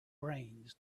brains